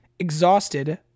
Exhausted